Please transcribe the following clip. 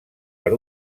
per